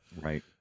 right